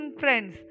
friends